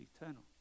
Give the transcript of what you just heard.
eternal